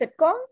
sitcom